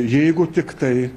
jeigu tiktai